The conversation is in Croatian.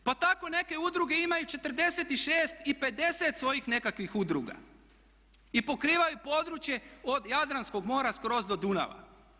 Pa tako i neke udruge imaju 46 i 50 svojih nekakvih udruga i pokrivaju područje od Jadranskog mora skroz do Dunava.